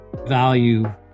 value